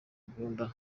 mbunda